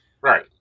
Right